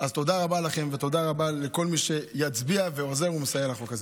תודה רבה לכם ותודה רבה לכל מי שיצביע ועוזר ומסייע בחוק הזה.